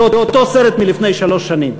זה אותו סרט מלפני שלוש שנים.